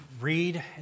read